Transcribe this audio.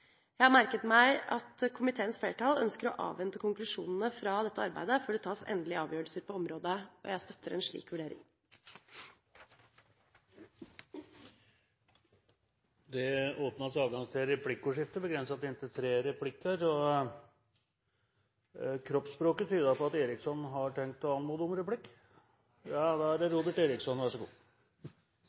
Jeg har merket meg at komiteens flertall ønsker å avvente konklusjonene fra dette arbeidet før det tas endelige avgjørelser på området. Jeg støtter en slik vurdering. Det blir replikkordskifte. Kroppsspråket tyder på at representanten Eriksson har tenkt å anmode om replikk. Som kroppsspråket antyder, er viljen til stede for å få en replikk. Statsråden pekte på det